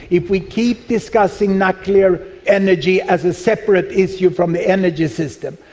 if we keep discussing nuclear energy as a separate issue from the energy system,